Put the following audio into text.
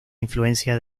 influencia